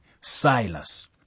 Silas